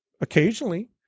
occasionally